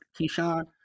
Keyshawn